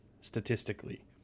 statistically